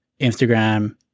Instagram